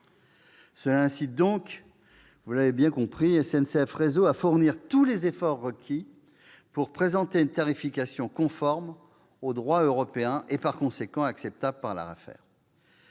Cela incitera donc SNCF Réseau à fournir tous les efforts requis pour présenter une tarification conforme au droit européen, et par conséquent acceptable par l'ARAFER.